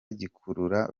gikurura